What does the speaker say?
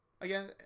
Again